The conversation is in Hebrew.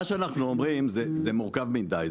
מה שאנחנו אומרים זה שזה מורכב מדי.